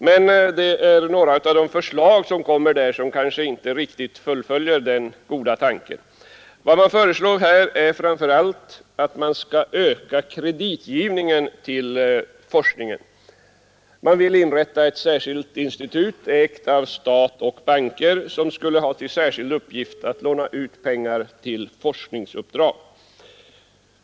Men motionärerna fullföljer kanske inte i en del sina förslag. Vad som föreslås är framför allt att vi skall öka kreditgivningen till forskningen. Man vill inrätta ett särskilt institut, ägt av stat och banker, som skulle ha till särskild uppgift att låna ut pengar till forskningsuppdrag.